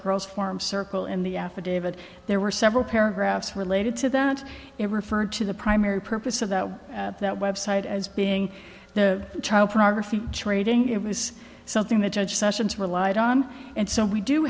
girls form circle in the affidavit there were several paragraphs related to that it referred to the primary purpose of that that website as being the child pornography trading it was something the judge sessions relied on and so we do